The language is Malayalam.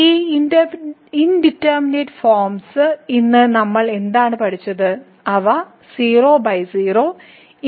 ഈ ഇൻഡിറ്റർമിനെറ്റ് ഫോംസ് ഇന്ന് നമ്മൾ എന്താണ് പഠിച്ചത് അവ എന്നിങ്ങനെയുള്ള നിരവധി ഫോംസ് എടുത്തേക്കാം